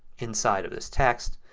inside of this text.